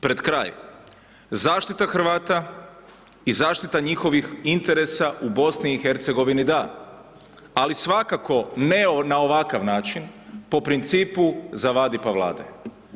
Pred kraj, zaštita Hrvata i zaštita njihovih interesa u BIH da, ali svakako ne na ovakav način, po principu zavadi pa vladaju.